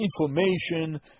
information